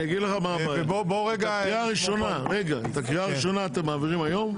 את הקריאה ראשונה אתם מעבירים היום?